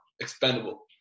expendable